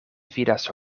vidas